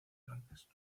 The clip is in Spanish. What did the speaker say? blancas